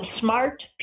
smart